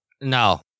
No